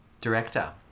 Director